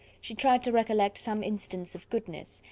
she tried to recollect some instance of goodness,